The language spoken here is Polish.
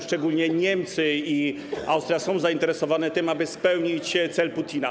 Szczególnie Niemcy i Austrią są zainteresowane tym, aby spełnić cel Putina.